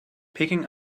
picking